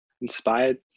inspired